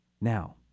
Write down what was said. Now